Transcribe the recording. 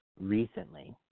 recently